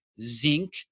zinc